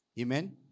Amen